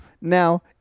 now